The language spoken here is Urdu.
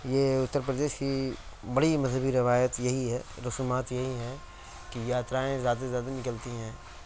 یہ اتر پردیش کی بڑی مذہبی روایت یہی ہے رسومات یہی ہیں کہ یاترائیں زیادہ سے زیادہ نکلتی ہیں